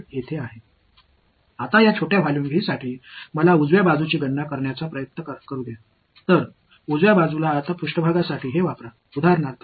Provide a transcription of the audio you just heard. இப்போது இந்த மிகச் சிறிய கொள்ளளவு V க்காக மேற்பரப்பின் வலது புறத்தை கணக்கிட முயற்சிக்கிறேன்மேற்பரப்புகளுக்கு எடுத்துக்காட்டாக இந்த மேற்பரப்பையும்